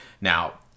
Now